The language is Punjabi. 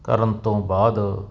ਕਰਨ ਤੋਂ ਬਾਅਦ